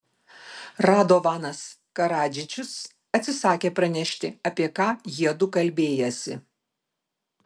radovanas karadžičius atsisakė pranešti apie ką jiedu kalbėjęsi